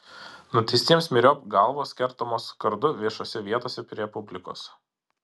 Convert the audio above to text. nuteistiems myriop galvos kertamos kardu viešose vietose prie publikos